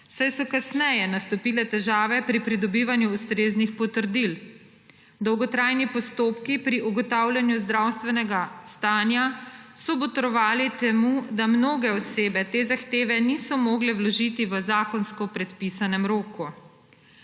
saj so kasneje nastopile težave pri pridobivanju ustreznih potrdil. Dolgotrajni postopki pri ugotavljanju zdravstvenega stanja so botrovali temu, da mnoge osebe te zahteve niso mogle vložiti v zakonsko predpisanem roku.